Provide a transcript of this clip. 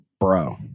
Bro